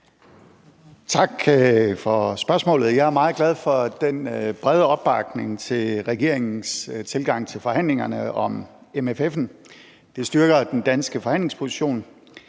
Tak for spørgsmålet. Jeg er meget glad for den brede opbakning til regeringens tilgang til forhandlingerne om MMF'en. Det styrker den danske forhandlingsposition.